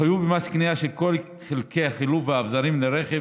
החיוב במס קנייה של כל חלקי החילוף והאביזרים לרכב